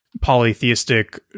polytheistic